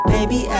Baby